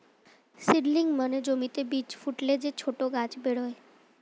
seedling মানে জমিতে বীজ ফুটলে যে ছোট গাছ বেরোয়